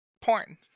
porn